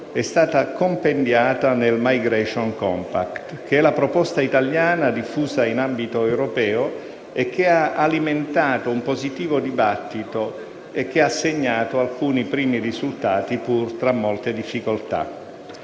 è stata compendiata nel *migration compact*, che è la proposta italiana diffusa in ambito europeo che ha alimentato un positivo dibattito e segnato alcuni primi risultati, pur tra molte difficoltà.